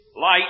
Light